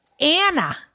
Anna